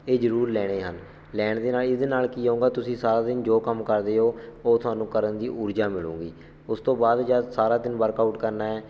ਇਹ ਜ਼ਰੂਰ ਲੈਣੇ ਹਨ ਲੈਣ ਦੇ ਨਾਲ ਇਹਦੇ ਨਾਲ ਕੀ ਹੋਊਗਾ ਤੁਸੀਂ ਸਾਰਾ ਦਿਨ ਜੋ ਕੰਮ ਕਰਦੇ ਹੋ ਉਹ ਤੁਹਾਨੂੰ ਕਰਨ ਦੀ ਊਰਜਾ ਮਿਲੂਗੀ ਉਸ ਤੋਂ ਬਾਅਦ ਜਦ ਸਾਰਾ ਦਿਨ ਵਰਕ ਆਊਟ ਕਰਨਾ ਹੈ